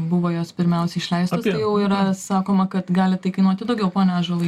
buvo jos pirmiausia išleistos jau yra sakoma kad gali tai kainuoti daugiau pone ąžuolai